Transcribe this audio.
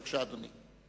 בבקשה, אדוני.